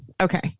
Okay